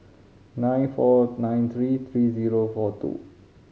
nine four nine three three zero four two